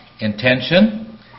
intention